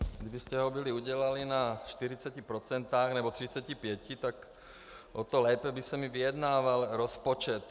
Kdybyste ho byli udělali na 40 % nebo 35, tak o to lépe by se mi vyjednával rozpočet.